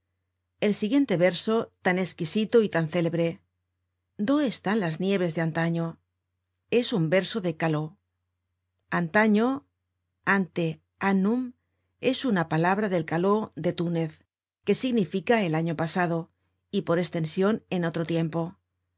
el siguiente verso tan esquisito y tan célebre dó están las nieves de antaño es un verso de caló antaño ante annum es una palabra del caló de túnez que significaba el año pasado y por estension en otro tiempo